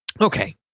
Okay